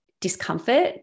discomfort